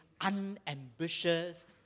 unambitious